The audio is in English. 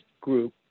group